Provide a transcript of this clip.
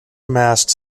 amassed